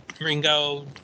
Ringo